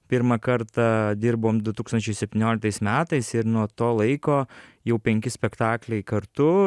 pirmą kartą dirbom du tūkstančiai septynioliktais metais ir nuo to laiko jau penki spektakliai kartu